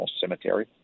cemetery